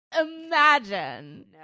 imagine